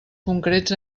concrets